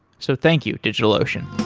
so thank you, digitalocean